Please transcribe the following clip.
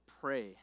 pray